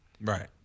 Right